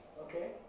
Okay